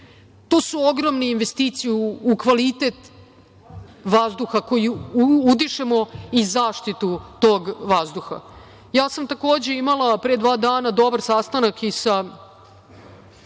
To su ogromne investicije u kvalitet vazduha koji udišemo i zaštitu tog vazduha. Takođe sam imala pre dva dana dobar sastanak i sa